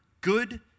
good